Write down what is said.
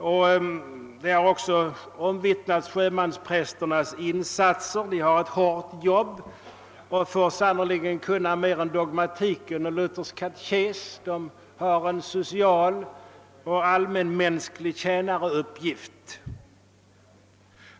Man har även omvittnat sjömansprästernas insats. De har ett hårt arbete och måste sannerligen kunna mer än dogmatik och Luthers katekes. De har en social och allmänmänsklig tjänaruppgift.